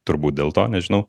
turbūt dėl to nežinau